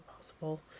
possible